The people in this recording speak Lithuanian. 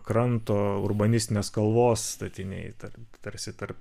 kranto urbanistinės kalvos statiniai ta tarsi tarp